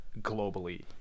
globally